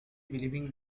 believing